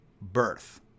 birth